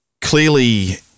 clearly